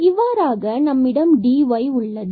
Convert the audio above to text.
இவ்வாறாக நம்மிடம் dy உள்ளது